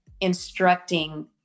instructing